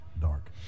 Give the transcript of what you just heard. Dark